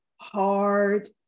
hard